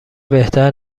بهتر